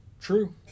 True